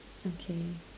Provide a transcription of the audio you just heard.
okay